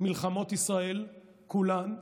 מלחמות ישראל כולן,